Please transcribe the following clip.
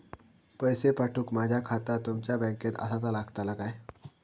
पैसे पाठुक माझा खाता तुमच्या बँकेत आसाचा लागताला काय?